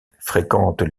fréquentent